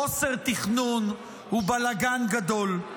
חוסר תכנון ובלגן גדול,